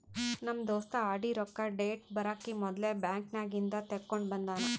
ನಮ್ ದೋಸ್ತ ಆರ್.ಡಿ ರೊಕ್ಕಾ ಡೇಟ್ ಬರಕಿ ಮೊದ್ಲೇ ಬ್ಯಾಂಕ್ ನಾಗಿಂದ್ ತೆಕ್ಕೊಂಡ್ ಬಂದಾನ